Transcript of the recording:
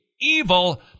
evil